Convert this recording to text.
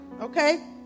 okay